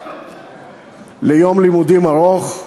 ליום לימודים ארוך,